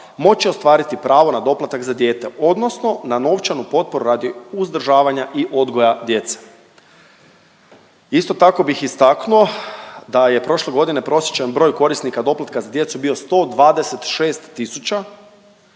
moći ostvariti pravo na doplatak za dijete, odnosno na novčanu potporu radi uzdržavanja i odgoja djece. Isto tako bih istaknuo da je prošle godine prosječan broj korisnika doplatka za djecu bio 126 000.